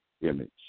image